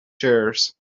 chairs